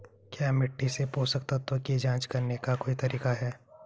क्या मिट्टी से पोषक तत्व की जांच करने का कोई तरीका है?